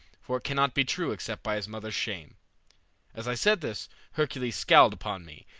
for it cannot be true except by his mother's shame as i said this hercules scowled upon me,